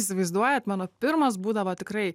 įsivaizduojat mano pirmas būdavo tikrai